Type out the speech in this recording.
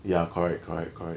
ya correct correct correct